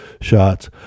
shots